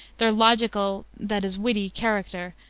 their logical, that is, witty character,